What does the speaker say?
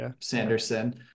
Sanderson